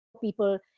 people